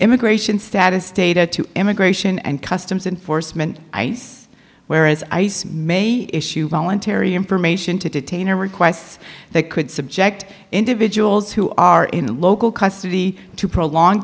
immigration status data to immigration and customs enforcement ice whereas ice may issue voluntary information to detain or requests that could subject individuals who are in local custody to prolong